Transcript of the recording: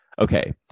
okay